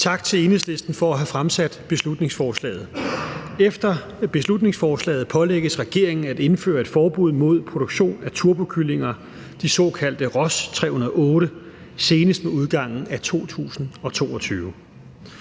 Tak til Enhedslisten for at have fremsat beslutningsforslaget. Efter beslutningsforslaget pålægges regeringen at indføre et forbud mod produktion af turbokyllinger, de såkaldte Ross 308, senest med udgangen af 2022.